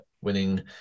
winning